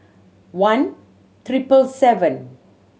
one triple seven